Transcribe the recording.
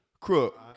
Crook